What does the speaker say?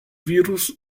virus